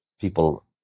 people